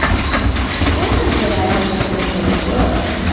it wasn't that i understood her work,